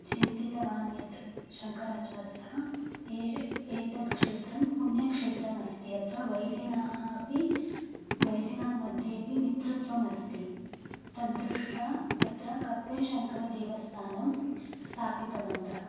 चिन्तितवान् यत् शङ्कराचार्यः एय् एतत् क्षेत्रं पुण्यक्षेत्रमस्ति अत्र वैरिणाम् अपि वैरिणां मध्येऽपि मित्रत्वमस्ति तद्दृष्ट्वा तत्र कप्पेशङ्करदेवस्तानं स्थापितवन्तः